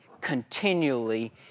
continually